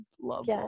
love